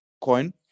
coin